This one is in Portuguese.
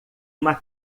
uma